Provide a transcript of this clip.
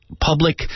public